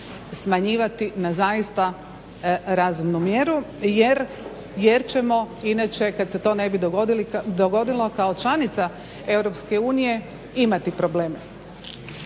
smanjivati na zaista razumnu mjeru jer ćemo inače kad se to ne bi dogodilo kao članica EU imati problema.